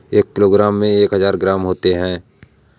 एक किलोग्राम में एक हजार ग्राम होते हैं